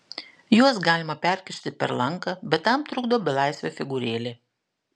juos galima perkišti per lanką bet tam trukdo belaisvio figūrėlė